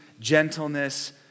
gentleness